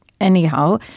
Anyhow